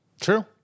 True